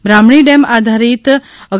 બ્રાહ્મણી dam આધારિત રૂ